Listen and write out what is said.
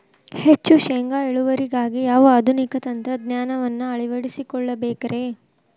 ಹೆಚ್ಚು ಶೇಂಗಾ ಇಳುವರಿಗಾಗಿ ಯಾವ ಆಧುನಿಕ ತಂತ್ರಜ್ಞಾನವನ್ನ ಅಳವಡಿಸಿಕೊಳ್ಳಬೇಕರೇ?